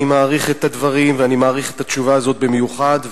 אני מעריך את הדברים ואני מעריך את התשובה הזאת במיוחד.